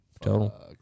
total